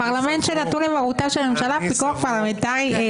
פרלמנט שנתון למרות הממשלה, פיקוח פרלמנטרי.